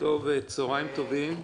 צהריים טובים.